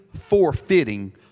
forfeiting